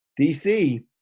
DC